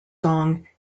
song